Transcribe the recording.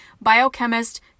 biochemist